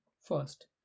first